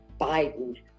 Biden